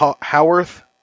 howarth